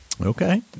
okay